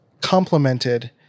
complemented